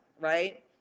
right